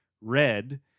red